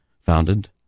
founded